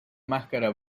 máscara